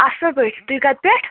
اَصٕل پٲٹھۍ تُہۍ کَتہِ پٮ۪ٹھ